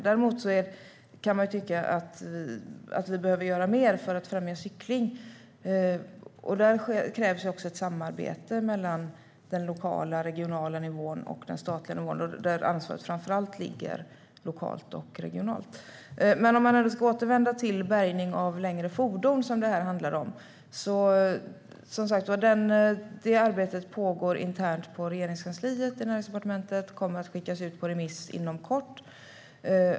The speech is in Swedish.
Däremot kan man tycka att vi behöver göra mer för att främja cykling. Där krävs ett samarbete mellan den lokala, den regionala och den statliga nivån där ansvaret framför allt ligger lokalt och regionalt. Om vi nu ska återvända till bärgning av längre fordon, som detta handlar om, pågår som sagt det arbetet internt på Regeringskansliet, i Näringsdepartementet. Det kommer att skickas ut på remiss inom kort.